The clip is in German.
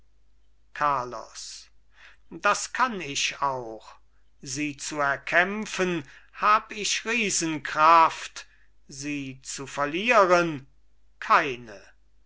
carlos das kann ich auch sie zu erkämpfen hab ich riesenkraft sie zu verlieren keine